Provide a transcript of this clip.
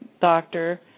doctor